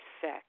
sick